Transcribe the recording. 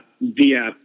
via